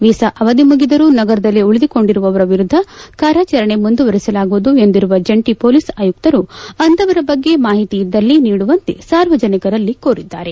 visa ಅವಧಿ ಮುಗಿದರೂ ನಗರದಲ್ಲೇ ಉಳಿದುಕೊಂಡಿರುವವರ ವಿರುದ್ದ ಕಾರ್ಯಾಚರಣೆ ಮುಂದುವರಿಸಲಾಗುವುದು ಎಂದಿರುವ ಜಂಟಿ ಪೊಲೀಸ್ ಆಯುಕ್ತರು ಅಂಥವರ ಬಗ್ಗೆ ಮಾಹಿತಿ ಇದ್ದಲ್ಲಿ ನೀಡುವಂತೆ ಸಾರ್ವಜನಿಕರಲ್ಲಿ ಕೋರಿದ್ದಾರೆ